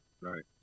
Right